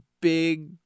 big